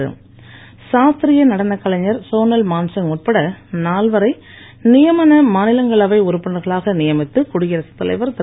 நியமன எம்பி சாஸ்திரிய நடன கலைஞர் சோனல் மான்சிங் உட்பட நால்வரை நியமன மாநிலங்களவை உறுப்பினர்களாக நியமித்து குடியரசுத் தலைவர் திரு